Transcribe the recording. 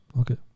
Okay